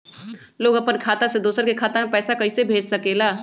लोग अपन खाता से दोसर के खाता में पैसा कइसे भेज सकेला?